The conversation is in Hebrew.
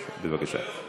בבקשה.